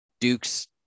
Duke's